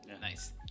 Nice